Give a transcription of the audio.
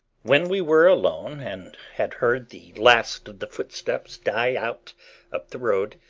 when we were alone and had heard the last of the footsteps die out up the road,